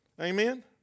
Amen